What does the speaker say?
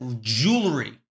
jewelry